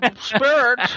spirit